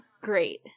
great